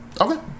Okay